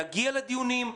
יגיע לדיונים.